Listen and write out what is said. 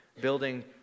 building